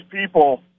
people